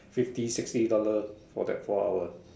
fifty sixty dollars for that four hours